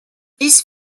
these